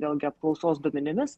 vėl gi apklausos duomenimis